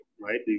right